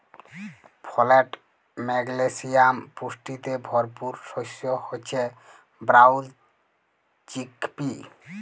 folate, magnesium পুষ্টিতে ভরপুর শস্য হচ্যে ব্রাউল চিকপি